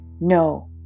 no